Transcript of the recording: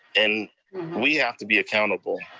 and we have to be accountable.